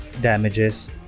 damages